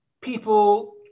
people